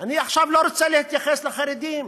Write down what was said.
אני עכשיו לא רוצה להתייחס לחרדים.